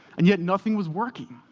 and yet nothing was working.